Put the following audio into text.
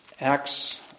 Acts